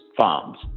farms